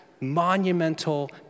monumental